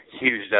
huge